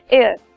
air